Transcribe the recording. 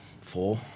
Four